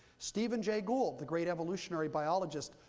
stephen jay gould, the great evolutionary biologist,